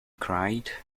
cried